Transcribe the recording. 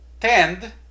tend